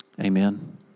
Amen